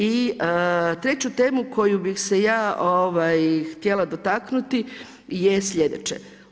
I treću temu koju bih se ja htjela dotaknuti je sljedeće.